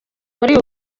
muri